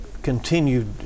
continued